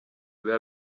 biba